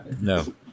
No